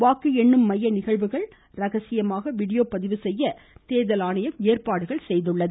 வாக்கு எண்ணும் மைய நிகழ்வுகள் ரகசியமாக வீடியோ பதிவு செய்ய தேர்தல் ஆணையம் ஏற்பாடு செய்துள்ளது